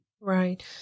Right